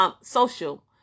social